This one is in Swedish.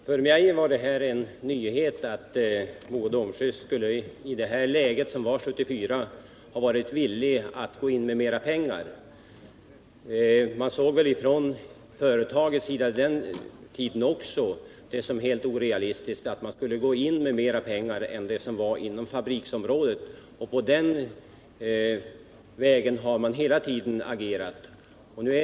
Herr talman! För mig var det en nyhet att Mo och Domsjö AB 1974 skulle ha varit villigt att gå in med mer pengar. Även på den tiden såg man det väl från företagets sida som svårt att gå in med pengar till något annat än det som låg inom fabriksområdet. Enligt den linjen har man hela tiden agerat.